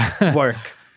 work